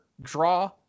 draw